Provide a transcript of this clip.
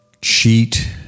cheat